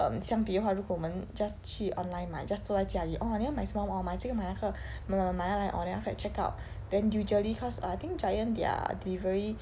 um 相比的话如果我们 just 去 online 买 just 坐在家里 orh 你要买什么 orh 买这个买那个 orh 买买买 then after that check out then usually cause err I think Giant their delivery